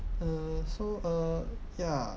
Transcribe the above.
uh so uh ya